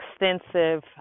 extensive